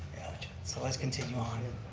so let's continue on.